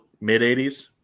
mid-80s